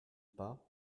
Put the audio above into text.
pas